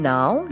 Now